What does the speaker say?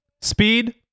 Speed